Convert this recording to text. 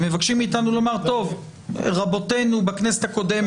ומדובר פה על חצי מיליארד שקלים,